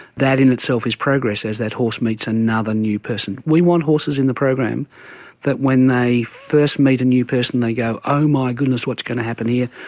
that in itself is progress as that horse meets another new person. we want horses in the program that when they first meet a new person they go oh my goodness, what's going to happen here,